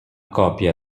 còpia